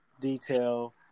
detail